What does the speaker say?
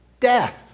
death